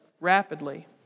rapidly